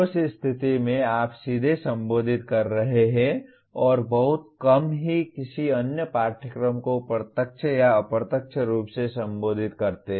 उस स्थिति में आप सीधे संबोधित कर रहे हैं और बहुत कम ही किसी अन्य पाठ्यक्रम को प्रत्यक्ष या अप्रत्यक्ष रूप से संबोधित करते हैं